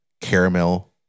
caramel